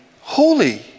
holy